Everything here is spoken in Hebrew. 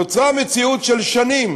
נוצרה מציאות של שנים